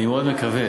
אני מאוד מקווה.